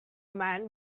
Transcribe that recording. man